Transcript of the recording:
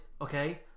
Okay